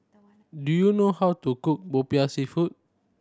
do you know how to cook Popiah Seafood